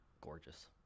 gorgeous